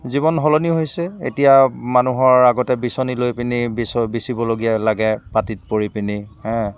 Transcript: জীৱন সলনি হৈছে এতিয়া মানুহৰ আগতে বিচনী লৈপেনে বি বিচিব লগীয়া লাগে পাটিত পৰিপেনে হে